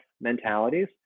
mentalities